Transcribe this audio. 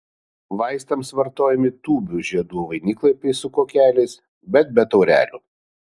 vaistams vartojami tūbių žiedų vainiklapiai su kuokeliais bet be taurelių